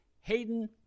Hayden